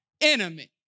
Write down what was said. enemy